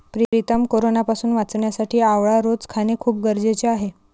प्रीतम कोरोनापासून वाचण्यासाठी आवळा रोज खाणे खूप गरजेचे आहे